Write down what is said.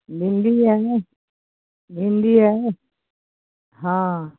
भिंडी है नी भिंडी है नी हाँ